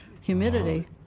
Humidity